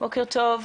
בוקר טוב.